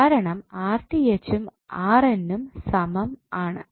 കാരണം ഉം ഉം സമം ആണ്